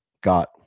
got